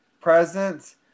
presence